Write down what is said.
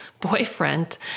boyfriend